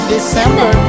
December